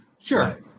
sure